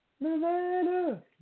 Nevada